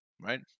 right